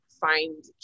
find